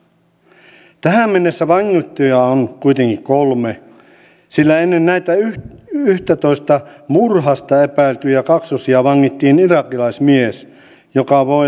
monet pienten lasten vanhemmat haluaisivat tehdä osa aikatyötä mutta hallituksen rajaukset päivähoitoon heikentävät osa aikatyönteon mahdollisuuksia sekä työttömien työllistämismahdollisuuksia